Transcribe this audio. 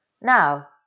Now